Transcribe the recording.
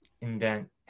indent